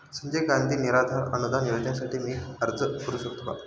संजय गांधी निराधार अनुदान योजनेसाठी मी अर्ज करू शकतो का?